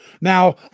Now